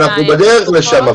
אנחנו בדרך לשם.